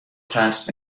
ترس